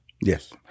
Yes